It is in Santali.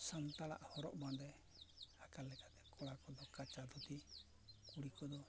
ᱥᱟᱱᱛᱟᱲᱟᱜ ᱦᱚᱨᱚᱜ ᱵᱟᱸᱫᱮ ᱟᱠᱟᱞᱮᱠᱟᱛᱮ ᱠᱚᱲᱟ ᱠᱚᱫᱚ ᱠᱟᱪᱟ ᱫᱷᱩᱛᱤ ᱠᱩᱲᱤ ᱠᱚᱫᱚ